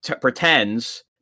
pretends